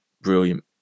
brilliant